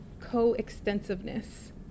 co-extensiveness